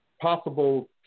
possible